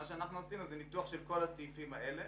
מה שאנחנו עשינו זה ניתוח של כל הסעיפים האלה.